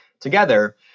together